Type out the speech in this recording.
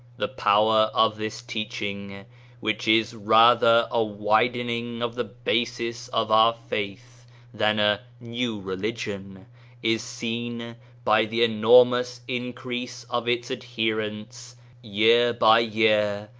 the power of this teaching which is rather a widen ing of the basis of our faith than a new religion is seen by the enormous increase of its adherents year by year,